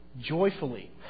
joyfully